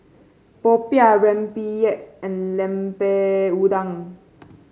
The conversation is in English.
popiah rempeyek and Lemper Udang